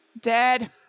Dead